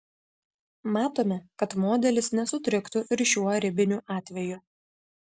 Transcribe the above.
matome kad modelis nesutriktų ir šiuo ribiniu atveju